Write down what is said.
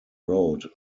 wrote